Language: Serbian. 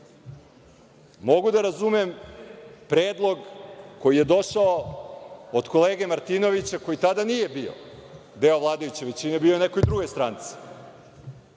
da razumem predlog koji je došao od kolege Martinovića koji tada nije bio deo vladajuće većine, bio je u nekoj drugoj stranci.